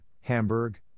Hamburg